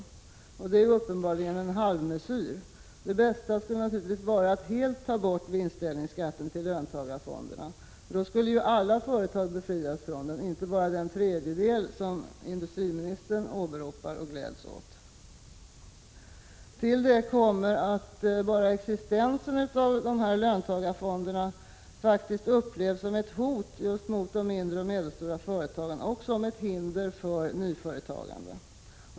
Men detta är uppenbarligen en halvmesyr. Det bästa skulle naturligtvis vara att helt ta bort vinstdelningsskatten till löntagarfonderna. Då skulle alla företag befrias från den — inte bara den tredjedel som industriministern åberopar och gläds åt. Till detta kommer att bara existensen av löntagarfonderna faktiskt upplevs som ett hot mot de mindre och medelstora företagen och som ett hinder mot nyföretagande.